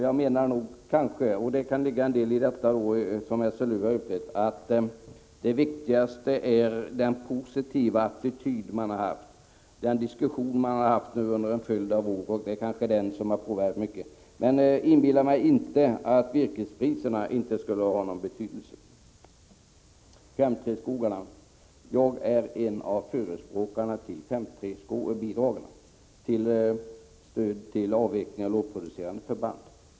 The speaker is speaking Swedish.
Jag menar — det kan ligga en del i SLU:s utredning — att det viktigaste är den positiva attityd man haft. Den diskussion som förts under en följd av år kanske också har haft en stor påverkan. Men jag inbillar mig inte att virkespriserna inte skulle ha någon betydelse. Sedan till 5:3-skogarna. Jag är en av förespråkarna för 5:3-bidragen som stöd till avveckling av lågproducerande förband.